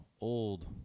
old